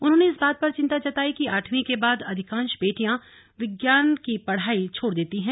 उन्होंने इस बात पर चिंता जताई कि आठवीं के बाद अधिकांश बेटियां विज्ञान की पढ़ाई छोड़ देती हैं